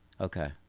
okay